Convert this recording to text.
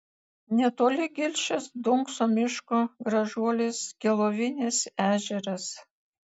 netoli gilšės dunkso miško gražuolis gelovinės ežeras